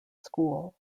school